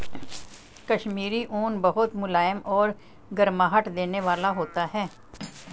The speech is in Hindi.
कश्मीरी ऊन बहुत मुलायम और गर्माहट देने वाला होता है